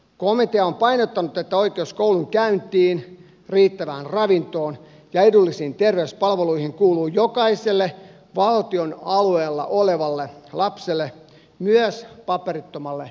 komitea on painottanut että oikeus koulunkäyntiin riittävään ravintoon ja edullisiin terveyspalveluihin kuuluu jokaiselle valtion alueella olevalle lapselle myös paperittomalle siirtolaiselle